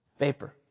vapor